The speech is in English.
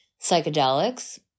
psychedelics